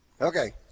Okay